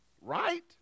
Right